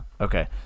Okay